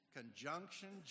Conjunction